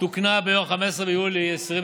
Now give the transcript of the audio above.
תוקנה ביום 15 ביולי 2020